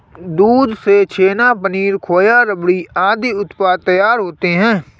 दूध से छेना, पनीर, खोआ, रबड़ी आदि उत्पाद तैयार होते हैं